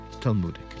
Talmudic